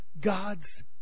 God's